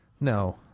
No